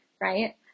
right